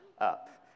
up